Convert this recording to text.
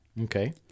Okay